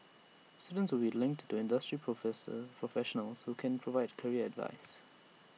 students will linked to industry professor professionals who can provide career advice